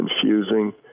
confusing